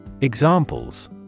Examples